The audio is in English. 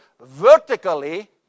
vertically